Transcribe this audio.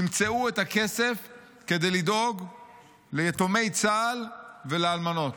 תמצאו את הכסף כדי לדאוג ליתומי צה"ל ולאלמנות.